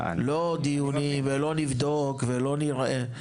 לא דיונים ולא נבדוק ולא נראה,